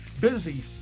busy